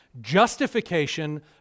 Justification